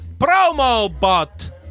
Promobot